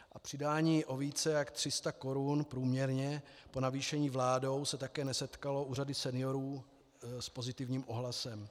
A přidání o více jak 300 korun průměrně po navýšení vládou se také nesetkalo u řady seniorů s pozitivním ohlasem.